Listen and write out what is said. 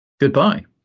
Goodbye